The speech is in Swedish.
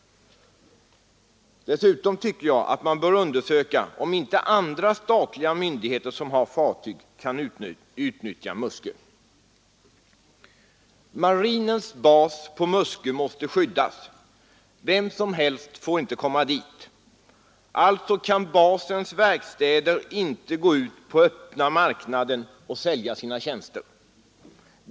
Dessutom tycker jag att man bör undersöka om inte andra statliga myndigheter som har fartyg kan utnyttja Muskö. Marinens bas på Muskö måste skyddas. Vem som helst får inte komma dit. Alltså kan basens verkstäder inte gå ut på öppna marknaden och sälja sina tjänster.